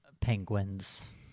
penguins